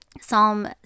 Psalm